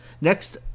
Next